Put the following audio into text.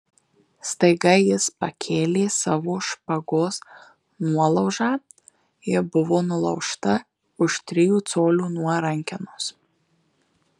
staiga jis pakėlė savo špagos nuolaužą ji buvo nulaužta už trijų colių nuo rankenos